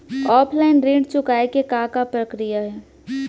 Offline ऋण चुकोय के का प्रक्रिया हे?